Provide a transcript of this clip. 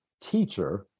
teacher